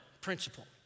principle